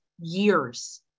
years